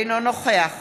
אינו נוכח